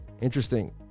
Interesting